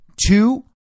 Two